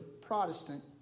Protestant